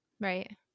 Right